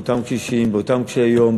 באותם קשישים קשי-יום,